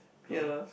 yea